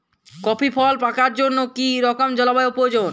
Coffee ফল পাকার জন্য কী রকম জলবায়ু প্রয়োজন?